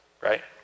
Right